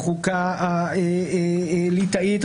בחוקה הליטאית,